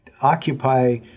occupy